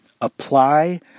Apply